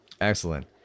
Excellent